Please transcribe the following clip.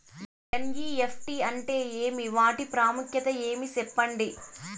NEFT అంటే ఏమి వాటి ప్రాముఖ్యత ఏమి? సెప్పండి?